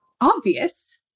obvious